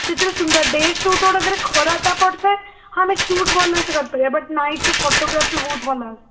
ସେଥିରେ ସୁନ୍ଦର day shoot ଗୁଡ଼ାକରେ ଖରା ପଡ଼ିଥାଏ ହଁ ଆମେ ସୁଟ୍ ଭଲ ସେ କରିପାରିବା ବଟ୍ ନାଇଟ୍ରେ ଫଟୋଗ୍ରାଫି ବହୁତ ଭଲ ଆସେ